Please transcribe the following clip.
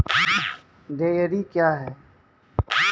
Dairy क्या हैं?